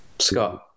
Scott